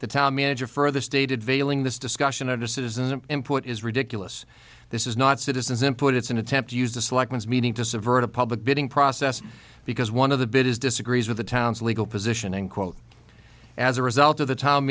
the town manager further stated veiling this discussion under citizen input is ridiculous this is not citizens input it's an attempt to use the selections meaning to subvert a public bidding process because one of the bid is disagrees with the town's legal position and quote as a result of the t